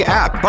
app